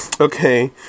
Okay